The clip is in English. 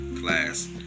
Class